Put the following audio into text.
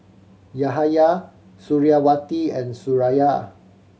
Yahaya Suriawati and Suraya